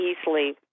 easily